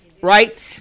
right